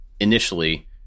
initially